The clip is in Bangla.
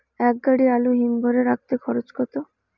এক গাড়ি আলু হিমঘরে রাখতে খরচ কত?